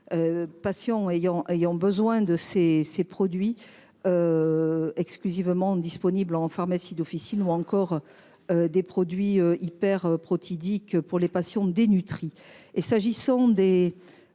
ayant ayant besoin de ses ses produits. Exclusivement disponible en pharmacie d'officine ou encore. Des produits hyper protides que pour les patients dénutris